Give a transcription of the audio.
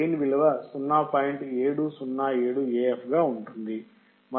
707AF గా ఉంటుంది